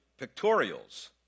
pictorials